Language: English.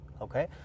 okay